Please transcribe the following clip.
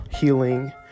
healing